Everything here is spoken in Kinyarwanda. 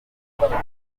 zikenewe